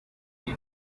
with